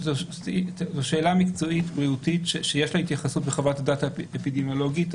זו שאלה מקצועית בריאותית שיש לה התייחסות בחוות הדעת האפידמיולוגית.